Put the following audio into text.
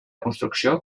construcció